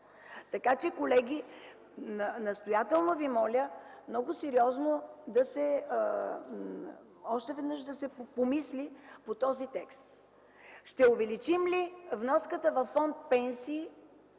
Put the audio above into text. хората. Колеги, настоятелно ви моля много сериозно още веднъж да се помисли по този текст. Ще увеличим ли вноската във фонд „Пенсии”